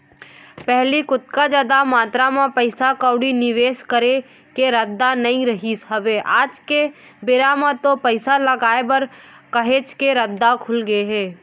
पहिली ओतका जादा मातरा म पइसा कउड़ी निवेस करे के रद्दा नइ रहिस हवय आज के बेरा म तो पइसा लगाय बर काहेच के रद्दा खुलगे हे